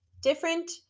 different